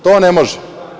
To ne može.